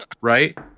right